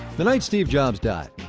the night steve jobs died,